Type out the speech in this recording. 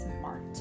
smart